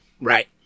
Right